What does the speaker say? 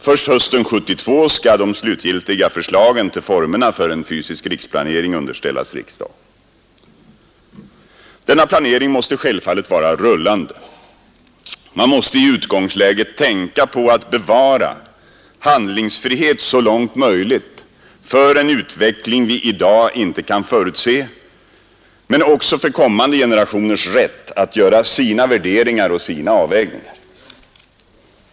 Först på hösten 1972 skall de slutgiltiga förslagen till formerna för en fysisk riksplanering underställas riksdagen. Denna planering måste självfallet vara rullande. Man måste i utgångsläget tänka på att bevara handlingsfriheten så långt möjligt för en utveckling som vi i dag inte kan förutse men också för kommande generationers rätt att göra sina värderingar och sina avvägningar.